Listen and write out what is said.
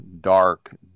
dark